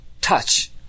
touch